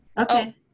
okay